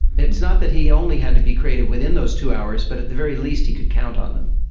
it's not that he only had to be creative within those two hours but at the very least he could count on them.